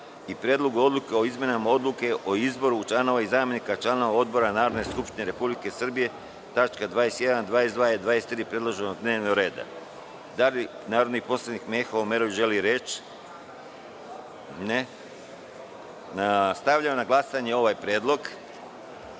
Predlogu odluke o izmenama Odluke o izboru članova i zamenika članova odbora Narodne skupštine Republike Srbije (tačka 21, 22. i 23. predloženog dnevnog reda).Da li narodni poslanik Meho Omerović želi reč? (Ne)Stavljam na glasanje ovaj predlog. Molim